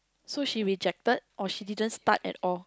so she rejected or she didn't start at all